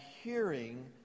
hearing